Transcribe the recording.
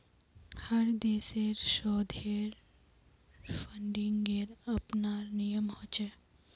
हर देशेर शोधेर फंडिंगेर अपनार नियम ह छे